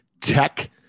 tech